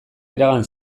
iragan